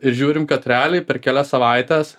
ir žiūrim kad realiai per kelias savaites